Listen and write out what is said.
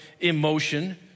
emotion